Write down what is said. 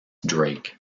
drake